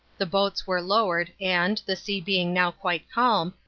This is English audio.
the boats were lowered, and, the sea being now quite calm,